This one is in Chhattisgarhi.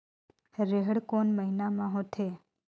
रेहेण कोन महीना म होथे?